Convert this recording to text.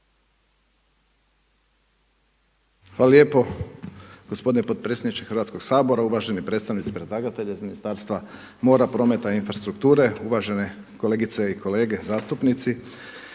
Hvala lijepo gospodine potpredsjedniče Hrvatskog sabora, uvaženi predstavnici predlagatelja iz Ministarstva mora, prometa i infrastrukture, uvažene kolegice i kolege zastupnici.